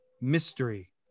Mystery